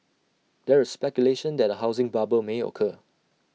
there is speculation that A housing bubble may occur